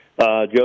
Joe